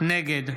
נגד